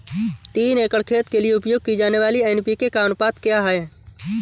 तीन एकड़ खेत के लिए उपयोग की जाने वाली एन.पी.के का अनुपात क्या है?